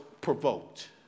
provoked